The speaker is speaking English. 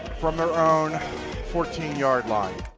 from their own fourteen yard line.